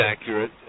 accurate